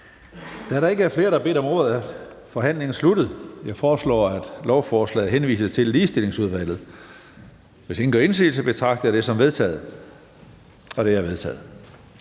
Da der ikke er flere, der har bedt om ordet, er forhandlingen sluttet. Jeg foreslår, at lovforslaget henvises til Ligestillingsudvalget. Hvis ingen gør indsigelse, betragter jeg dette som vedtaget. Det er vedtaget.